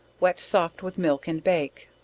wet soft with milk, and bake.